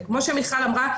וכמו שמיכל אמרה,